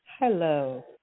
Hello